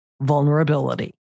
vulnerability